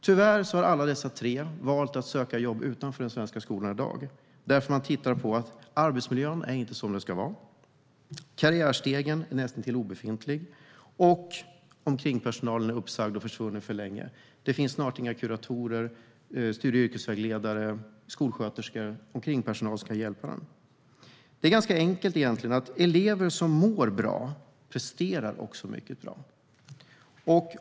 Tyvärr har dessa tre kollegor valt att söka jobb utanför den svenska skolan eftersom arbetsmiljön inte är som den ska, karriärstegen är näst intill obefintlig och omkringpersonalen är uppsagd och försvunnen sedan länge. Det finns snart inga kuratorer, studie och yrkesvägledare eller skolsköterskor som kan hjälpa till. Det är ganska enkelt: Elever som mår bra presterar bra.